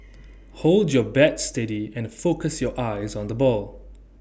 hold your bat steady and focus your eyes on the ball